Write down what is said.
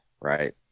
right